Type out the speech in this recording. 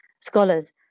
scholars